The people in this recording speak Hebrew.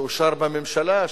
שאושר בממשלה,